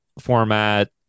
format